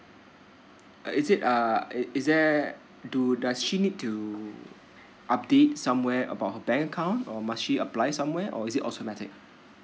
uh is it uh is there do does she need to update somewhere about her bank account or must she apply somewhere or is it automatic